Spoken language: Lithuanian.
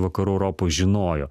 vakarų europoj žinojo